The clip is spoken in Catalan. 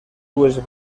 dues